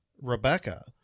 Rebecca